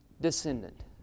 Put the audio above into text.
descendant